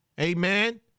amen